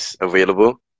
available